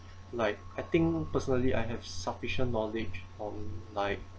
like I think personally I have sufficient knowledge on like